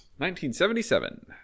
1977